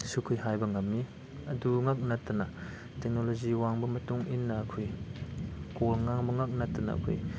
ꯁꯨ ꯑꯩꯈꯣꯏ ꯍꯥꯏꯕ ꯉꯝꯃꯤ ꯑꯗꯨꯉꯥꯛ ꯅꯠꯇꯅ ꯇꯦꯛꯅꯣꯂꯣꯖꯤ ꯋꯥꯡꯕ ꯃꯇꯨꯡ ꯏꯟꯅ ꯑꯩꯈꯣꯏ ꯀꯣꯜ ꯉꯥꯡꯕꯉꯥꯛ ꯅꯠꯇꯅ ꯑꯩꯈꯣꯏ